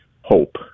hope